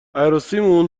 عروسیمون